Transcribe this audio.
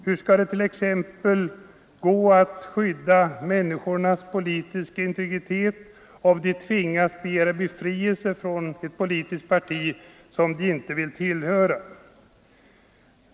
Hur skall t.ex. människornas politiska integritet kunna skyddas om de tvingas begära befrielse från ett politiskt parti som de inte vill tillhöra?